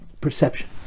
perception